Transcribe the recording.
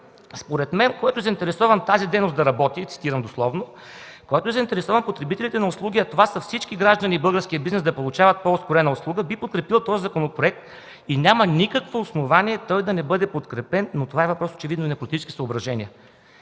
„Според мен който е заинтересован тази дейност да работи – цитирам дословно – който е заинтересован потребителите на услуги, а това са всички граждани и българският бизнес да получават по-ускорена услуга, би подкрепил този законопроект и няма никакво основание той да не бъде подкрепен, но това очевидно е въпрос и на политически съображения”.